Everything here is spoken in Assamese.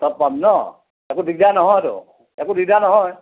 সব পাম ন' একো দিগদাৰ নহয়তো একো দিগদাৰ নহয়